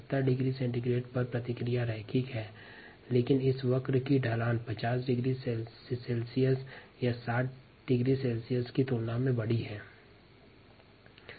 और इसी तरह 70 डिग्री सेंटीग्रेड पर आगे की प्रतिक्रिया भी रैखिक होती हैं लेकिन 50 डिग्री सेल्सियस का slope of curve 60 degree Celsius और 70 डिग्री सेंटीग्रेड की तुलना में उपर होता है जैसा कि स्लाइड समय 644 के ग्राफ में दर्शाया गया है